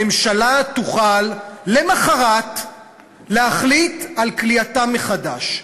הממשלה תוכל למחרת להחליט על כליאתם מחדש.